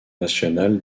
national